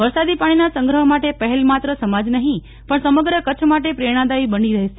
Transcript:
વરસાદી પાણીના સંગ્રહ માટે પહેલ માત્ર સમાજ નહીં પણ સમગ્ર કચ્છ માટે પ્રેરણાદાથી બની રહેશે